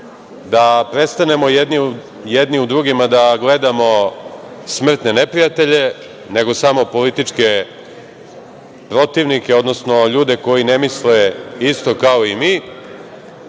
da prestanemo jedni u drugima da gledamo smrtne neprijatelje, nego samo političke protivnike, odnosno ljude koji ne misle isto kao i mi